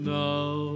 now